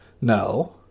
No